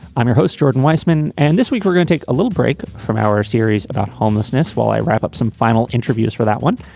i'm your host, jordan weisman, and this week we're going to take a little break from our series about homelessness while i wrap up some final interviews for that one.